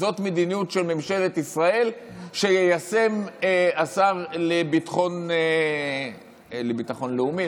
זו מדיניות ממשלת ישראל שיישם השר לביטחון לאומי,